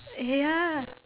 ya